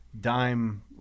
dime